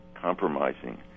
compromising